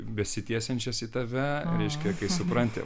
besitęsiančias į tave reiškia kai supranti